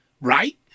right